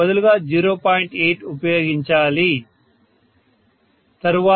8 ఉపయోగించాలి